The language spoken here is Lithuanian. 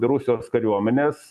rusijos kariuomenės